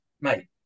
mate